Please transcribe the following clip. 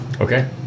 Okay